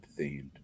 themed